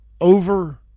over